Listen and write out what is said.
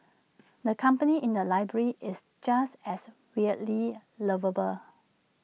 the company in the library is just as weirdly lovable